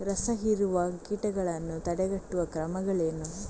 ರಸಹೀರುವ ಕೀಟಗಳನ್ನು ತಡೆಗಟ್ಟುವ ಕ್ರಮಗಳೇನು?